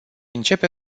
începe